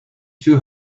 too